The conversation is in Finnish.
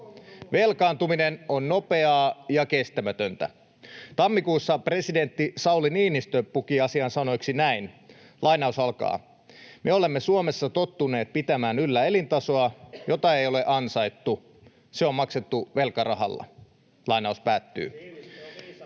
Velkaantuminen on nopeaa ja kestämätöntä. Tammikuussa presidentti Sauli Niinistö puki asian sanoiksi näin: ”Me olemme Suomessa tottuneet pitämään yllä elintasoa, jota ei ole ansaittu. Se on maksettu velkarahalla.” [Ben